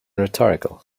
rhetorical